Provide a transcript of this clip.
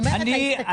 אני אומרת על ההסתכלות.